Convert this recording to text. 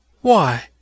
Why